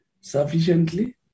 sufficiently